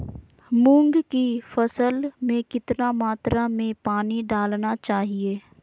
मूंग की फसल में कितना मात्रा में पानी डालना चाहिए?